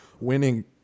winning